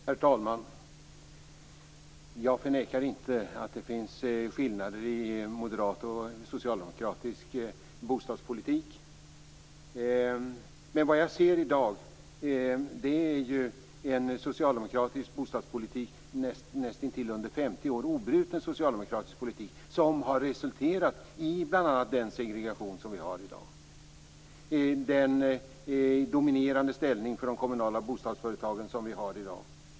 Herr talman! Jag förnekar inte att det finns skillnader i moderat och socialdemokratisk bostadspolitik. Men vad jag ser i dag är ju en under 50 år näst intill obruten socialdemokratisk bostadspolitik som har resulterat i bl.a. den segregation som vi har i dag och den dominerande ställning för de kommunala bostadsföretagen som vi har i dag.